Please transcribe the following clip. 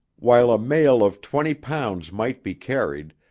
while a mail of twenty pounds might be carried,